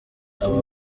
aba